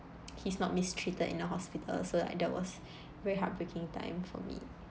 he's not mistreated in the hospital so like that was very heartbreaking time for me